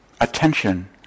attention